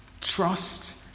Trust